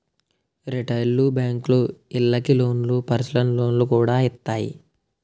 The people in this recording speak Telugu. రిటైలు బేంకులు ఇళ్ళకి లోన్లు, పర్సనల్ లోన్లు కూడా ఇత్తాయి